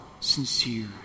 sincere